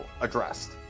addressed